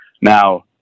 Now